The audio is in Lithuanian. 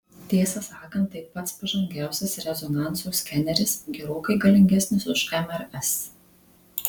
tiesą sakant tai pats pažangiausias rezonanso skeneris gerokai galingesnis už mrs